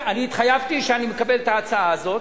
אני התחייבתי שאני מקבל את ההצעה הזאת.